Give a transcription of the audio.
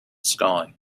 sky